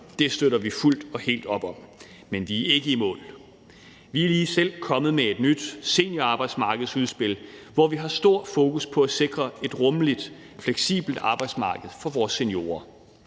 Det støtter vi fuldt og helt op om. Men vi er ikke i mål. Vi er lige selv kommet med et nyt seniorarbejdsmarkedsudspil, hvor vi har stort fokus på at sikre et rummeligt, fleksibelt arbejdsmarked for vores seniorer.